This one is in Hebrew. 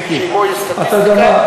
עד שנת 1970, מיקי, אתה יודע מה?